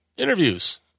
interviews